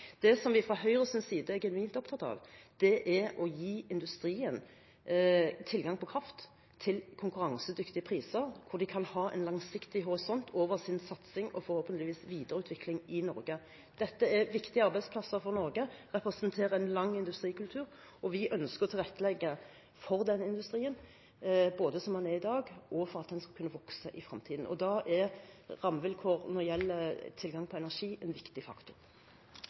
Det som vi fra Høyres side er i grunnen opptatt av, er å gi industrien tilgang på kraft til konkurransedyktige priser, som gjør at de kan ha en langsiktig horisont for sin satsing og forhåpentligvis videreutvikling i Norge. Dette er viktige arbeidsplasser for Norge – de representerer en lang industrikultur. Vi ønsker å tilrettelegge for denne industrien, både som den er i dag, og for at den skal kunne vokse i fremtiden. Da er rammevilkår når det gjelder tilgang på energi, en viktig faktor.